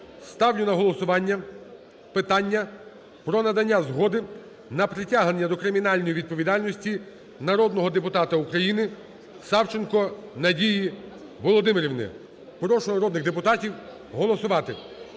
ставлю на голосування питання про надання згоди на притягнення до кримінальної відповідальності народного депутата України Савченко Надії Володимирівни. Прошу народних депутатів голосувати.